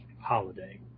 holiday